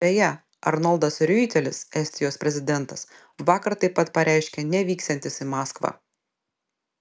beje arnoldas riuitelis estijos prezidentas vakar taip pat pareiškė nevyksiantis į maskvą